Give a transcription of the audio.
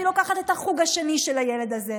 היא לוקחת את החוג השני של הילד הזה,